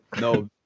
no